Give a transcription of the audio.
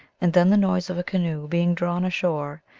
and then the noise of a canoe being drawn ashore.